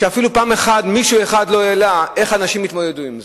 שאפילו פעם אחת מישהו אחד לא העלה איך אנשים יתמודדו עם זה.